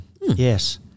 yes